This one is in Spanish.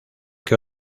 que